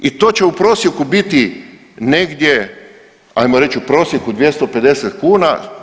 I to će u prosjeku biti negdje, hajmo reći u prosjeku 250 kuna.